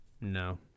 No